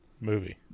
movie